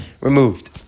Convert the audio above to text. removed